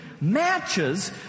matches